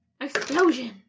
Explosion